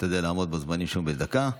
תשתדל לעמוד בזמנים בדקה.